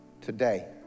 today